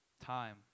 Time